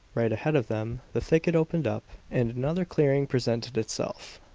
right ahead of them, the thicket opened up, and another clearing presented itself.